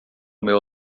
meu